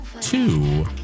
two